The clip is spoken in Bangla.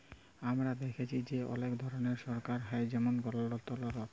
আমরা দ্যাখেচি যে অলেক ধরলের সরকার হ্যয় যেমল গলতলতর